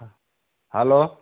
hello